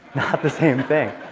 not the same thing.